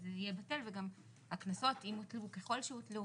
זה יהיה בטל וגם הקנסות אם הוטלו וככל שהוטלו,